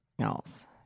else